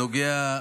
הגיע הזמן,